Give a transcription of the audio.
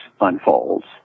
unfolds